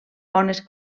bones